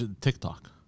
TikTok